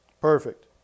Perfect